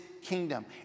kingdom